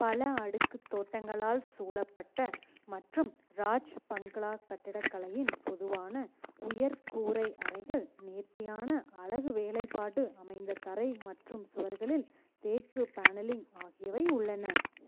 பல அடுக்கு தோட்டங்களால் சூழப்பட்ட மற்றும் ராஜ் பங்களா கட்டிடக்கலையின் பொதுவான உயர் கூரை அறைகள் நேர்த்தியான அலகு வேலைப்பாடு அமைந்த தரை மற்றும் சுவர்களில் தேக்கு பேனலிங் ஆகியவை உள்ளன